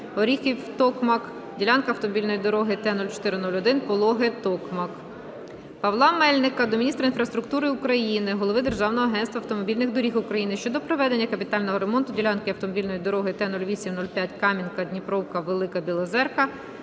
Оріхів - Токмак, ділянки автомобільної дороги Т-04-01 Пологи -Токмак. Павла Мельника до міністра інфраструктури України, голови Державного агентства автомобільних доріг України щодо проведення капітального ремонту ділянки автомобільної дороги Т-08-05 Кам'янка - Дніпровка - Велика Білозерка